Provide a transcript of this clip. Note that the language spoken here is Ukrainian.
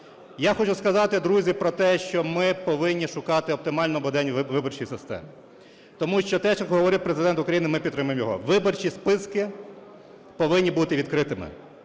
Я хочу сказати, друзі, про те, що ми повинні шукати оптимальну модель виборчої системи. Тому що те, що говорив Президент України, ми підтримуємо його. Виборчі списки повинні бути відкритими,